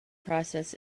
process